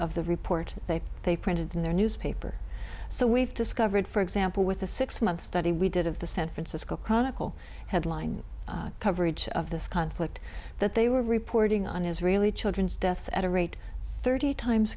of the report they they printed in their newspaper so we've discovered for example with a six month study we did of the san francisco chronicle headlined coverage of this conflict that they were reporting on israeli children's deaths at a rate thirty times